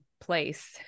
place